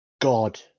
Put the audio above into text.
god